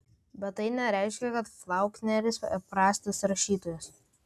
bet tai nereiškia kad faulkneris prastas rašytojas